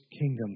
kingdom